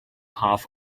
half